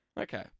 Okay